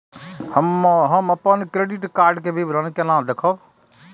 हम अपन credit card के विवरण केना देखब?